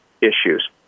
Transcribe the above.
issues